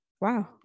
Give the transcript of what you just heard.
wow